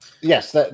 Yes